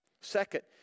Second